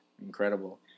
incredible